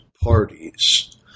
parties